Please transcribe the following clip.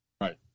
Right